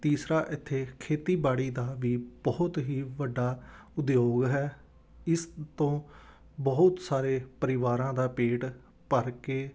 ਤੀਸਰਾ ਇੱਥੇ ਖੇਤੀਬਾੜੀ ਦਾ ਵੀ ਬਹੁਤ ਹੀ ਵੱਡਾ ਉਦਯੋਗ ਹੈ ਇਸ ਤੋਂ ਬਹੁਤ ਸਾਰੇ ਪਰਿਵਾਰਾਂ ਦਾ ਪੇਟ ਭਰ ਕੇ